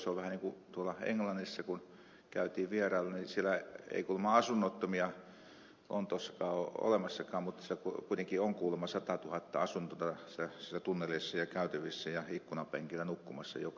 se on vähän niin kuin englannissa kun käytiin vierailulla niin siellä ei kuulemma asunnottomia lontoossakaan ole olemassakaan mutta siellä kuitenkin on kuulemma satatuhatta asunnotonta siellä tunneleissa ja käytävissä ja ikkunanpenkeillä nukkumassa joka yö